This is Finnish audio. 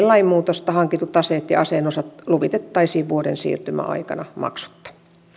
lainmuutosta hankitut aseet ja aseen osat luvitettaisiin vuoden siirtymäaikana maksutta